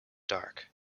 dark